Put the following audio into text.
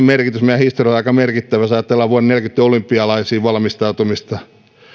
merkitys meidän historialle on aika merkittävä jos ajatellaan vuonna neljäkymmentä olympialaisiin valmistautumista